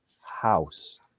house